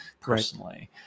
personally